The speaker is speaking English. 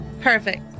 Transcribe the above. Perfect